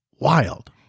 wild